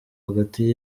hagati